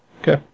Okay